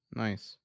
nice